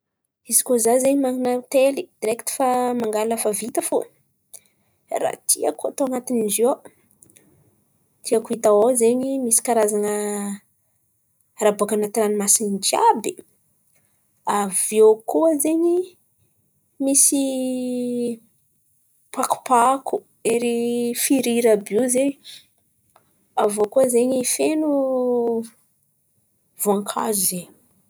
Izy kô zah man̈ana hotely direkty fa mangàla raha fa vita fo? Raha tiako atao anatin'izy io ao, tiako atao ao zen̈y misy karazan̈̈a raha bôkà an̈atin̈y ranomasin̈y jiàby. Avô koa zen̈y misy pakopako, ery firiry àby io zen̈y. Avô koa feno, voankazo zen̈y.